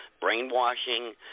brainwashing